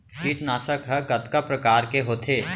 कीटनाशक ह कतका प्रकार के होथे?